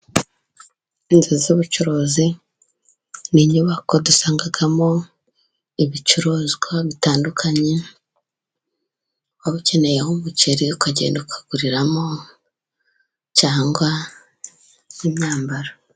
Inzu z'ubucuruzi, ni inyubako dusangamo ibicuruzwa bitandukanye, waba ukeneye umuceri ukagenda ukaguriramo, cyangwa n'imyambaro.